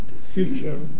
future